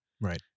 Right